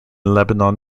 lebanon